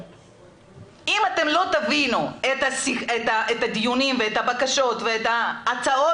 אם לא תבינו את הדיונים ואת הבקשות ואת ההצעות